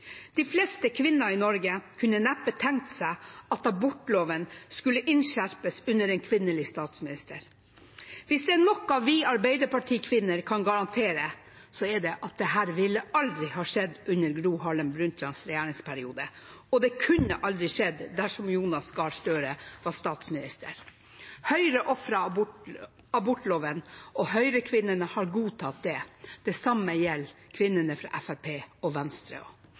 De fleste kvinner i Norge kunne neppe tenkt seg at abortloven skulle innskjerpes under en kvinnelig statsminister. Hvis det er noe vi Arbeiderparti-kvinner kan garantere, er det at dette aldri ville ha skjedd under Gro Harlem Brundtlands regjeringsperiode, og det kunne aldri skjedd dersom Jonas Gahr Støre var statsminister. Høyre ofret abortloven, og Høyre-kvinnene har godtatt det. Det samme gjelder kvinnene fra Fremskrittspartiet og Venstre.